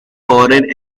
foreign